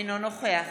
אינו נוכח